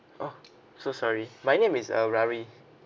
oh so sorry my name is uh ravi